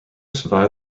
survived